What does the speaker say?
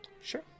Sure